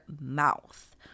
mouth